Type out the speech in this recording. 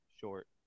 Short